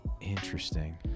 Interesting